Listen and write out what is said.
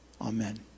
Amen